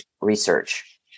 research